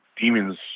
Demons